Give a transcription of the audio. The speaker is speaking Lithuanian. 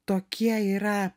tokie yra